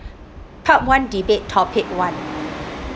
part one debate topic one